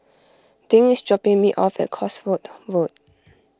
dink is dropping me off at Cosford Road